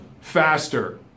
faster